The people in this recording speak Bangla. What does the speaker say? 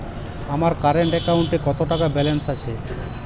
আমার কারেন্ট অ্যাকাউন্টে কত টাকা ব্যালেন্স আছে?